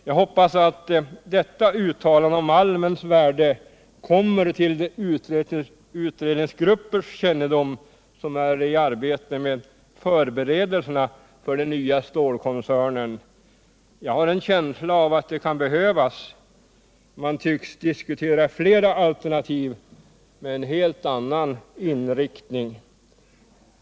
Jag hoppas att detta uttalande om malmens värde kommer till de utredningsgruppers kännedom som är i arbete med förberedelserna för den nya stålkoncernen —jag har en känsla av att det kan behövas, eftersom man tycks diskutera andra alternativ med en helt annan inriktning.